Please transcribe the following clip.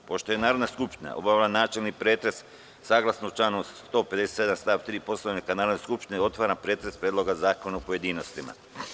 Pošto je Narodna skupština obavila načelni pretres, saglasno članu 157. stav 3. Poslovnika Narodne skupštine, otvaram pretres Predloga zakona u pojedinostima.